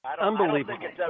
Unbelievable